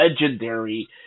legendary